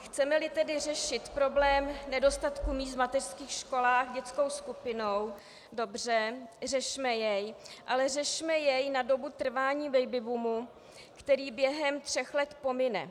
Chcemeli tedy řešit problém nedostatku míst v mateřských školách dětskou skupinou, dobře, řešme jej, ale řešme jej na dobu trvání baby boomu, který během tří let pomine.